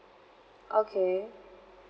okay